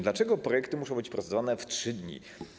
Dlaczego projekty muszą być procedowane w 3 dni?